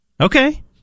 Okay